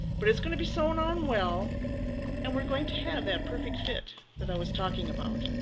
but it's going to be sewn on well and we're going to have that perfect fit that i was talking about.